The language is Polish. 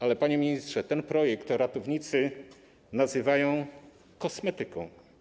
Ale, panie ministrze, ten projekt ratownicy nazywają kosmetyką.